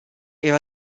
era